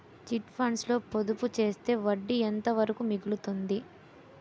Chit funds లో పొదుపు చేస్తే వడ్డీ ఎంత వరకు మిగులుతుంది?